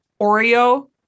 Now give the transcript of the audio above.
Oreo